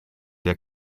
der